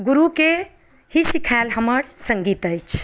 गुरुके ही सिखायल हमर गीत अछि